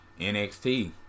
NXT